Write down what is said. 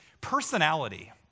Personality